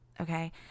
okay